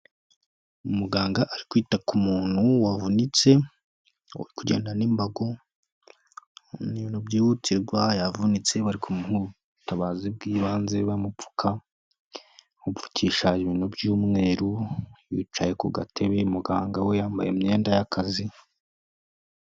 Umuganga ari kwita ku muntu wavunitse, ari kugenda n'imbago, ni ibintu byihutirwa yavunitse bari kumuha ubutabazi bw'ibanze bamupfuka, kupfukisha ibintu by'umweru yicaye ku gatebe, muganga we yambaye imyenda y'akazi.